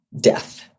death